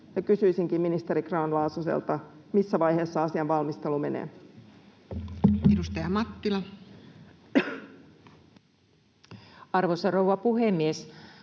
kysyisinkin ministeri Grahn-Laasoselta: missä vaiheessa asian valmistelu menee? Edustaja Mattila. Arvoisa rouva puhemies!